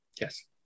Yes